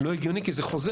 לא הגיוני כי זה חוזר.